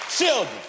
Children